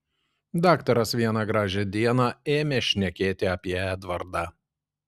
daktaras vieną gražią dieną ėmė šnekėti apie edvardą